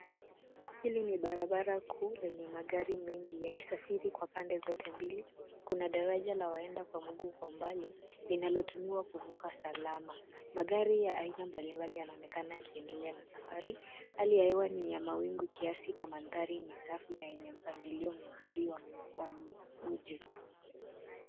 Hili ni barabara kuu lenye magari mengi yakisafiri kwa pande zote mbili. Kuna daraja la waenda kwa mguu kwa umbali linalotumiwa kuvuka salama. Magari ya aina mbalimbali yanaonekana yakiedelea na safari. Hali ya hewa ni ya mawingu kiasi na mandhari ni safi na yenye mpangilio mzuri wa mji.